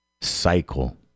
cycle